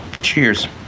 Cheers